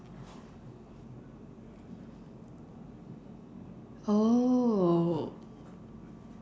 oh